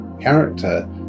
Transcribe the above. character